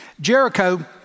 Jericho